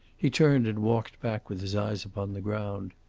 he turned and walked back with his eyes upon the ground.